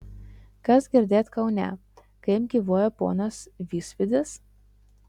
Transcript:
kas girdėt kaune kaip gyvuoja ponas visvydas